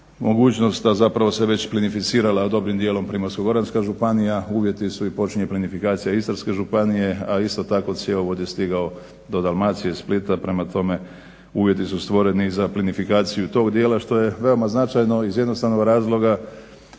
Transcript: mogućnost da zapravo se već plinificirala dobrim dijelom Primorsko-goranska županija. Uvjeti su i počinje plinifikacija Istarske županije, a isto tako cjevovod je stigao do Dalmacije, Splita. Prema tome, uvjeti su stvoreni za plinifikaciju i tog dijela što je veoma značajno iz jednostavnog razloga